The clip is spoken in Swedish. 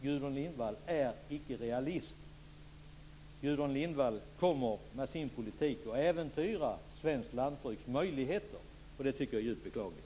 Gudrun Lindvall är icke realist. Gudrun Lindvall kommer med sin politik att äventyra svenskt lantbruks möjligheter, och det tycker jag är djupt beklagligt.